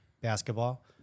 basketball